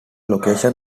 location